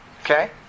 Okay